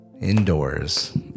indoors